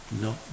no